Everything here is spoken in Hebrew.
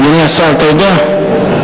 אדוני השר, אתה יודע?